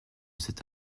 cet